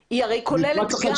היא הרי כוללת גם מעגנות.